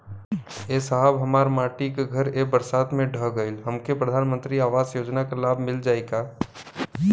ए साहब हमार माटी क घर ए बरसात मे ढह गईल हमके प्रधानमंत्री आवास योजना क लाभ मिल जाई का?